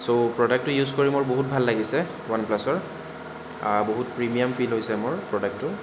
ছ' প্ৰডাক্টটো ইউজ কৰি মোৰ বহুত ভাল লাগিছে ওৱান প্লাছৰ বহুত প্ৰিমিয়াম ফিল হৈছে মোৰ প্ৰডাক্টটো